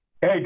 Hey